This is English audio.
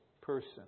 person